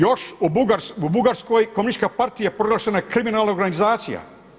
Još u Bugarskoj Komunistička partija je proglašena kriminalna organizacija.